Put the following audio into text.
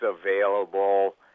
available